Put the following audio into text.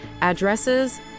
addresses